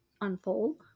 unfold